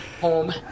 home